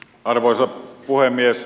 arvoisa puhemies